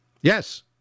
Yes